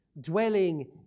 dwelling